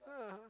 yeah